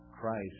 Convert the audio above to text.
Christ